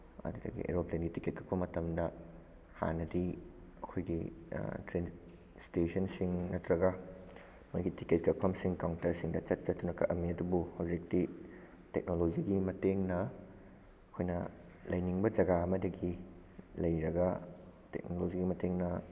ꯑꯗꯒꯤ ꯑꯦꯔꯣꯄ꯭ꯂꯦꯟꯒꯤ ꯇꯤꯀꯦꯠ ꯀꯛꯄ ꯃꯇꯝꯗ ꯍꯥꯟꯅꯗꯤ ꯑꯩꯈꯣꯏꯒꯤ ꯇ꯭ꯔꯦꯟ ꯏꯁꯇꯦꯁꯟꯁꯤꯡ ꯅꯠꯇ꯭ꯔꯒ ꯃꯣꯏꯒꯤ ꯇꯤꯀꯦꯠ ꯀꯛꯐꯝꯁꯤꯡ ꯀꯥꯎꯇꯔꯁꯤꯡꯗ ꯆꯠ ꯆꯠꯇꯨꯅ ꯀꯛꯑꯝꯃꯤ ꯑꯗꯨꯕꯨ ꯍꯧꯖꯤꯛꯇꯤ ꯇꯦꯛꯅꯣꯂꯣꯖꯤꯒꯤ ꯃꯇꯦꯡꯅ ꯑꯩꯈꯣꯏꯅ ꯂꯩꯅꯤꯡꯕ ꯖꯒꯥ ꯑꯃꯗꯒꯤ ꯂꯩꯔꯒ ꯇꯦꯛꯅꯣꯂꯣꯖꯤꯒꯤ ꯃꯇꯦꯡꯅ